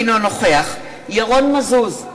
אינו נוכח ירון מזוז,